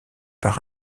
par